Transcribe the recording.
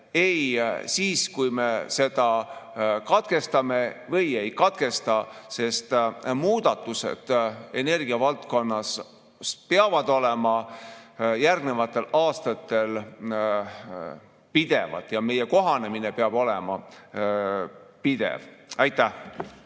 ei siis, kui me selle katkestame ega siis, kui ei katkesta. Muudatused energiavaldkonnas peavad olema järgnevatel aastatel pidevad ja meie kohanemine peab olema pidev. Aitäh!